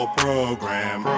program